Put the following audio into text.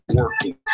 working